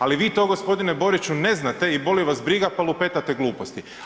Ali vi to gospodine Boriću ne znate i boli vas briga pa lupetate gluposti.